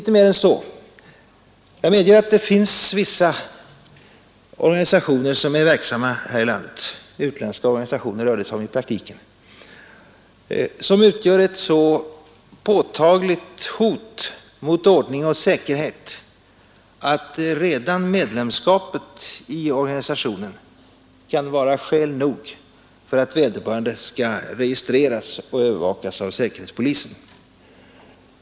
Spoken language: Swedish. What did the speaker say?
Dessutom finns det vissa här i landet verksamma utländska organisationer, som utgör ett så påtagligt hot mot ordning och säkerhet att redan medlemskap i en sådan organisation kan äl nog för att vederbörande skall registreras och övervakas av säkerhetspolisen.